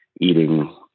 eating